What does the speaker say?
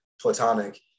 platonic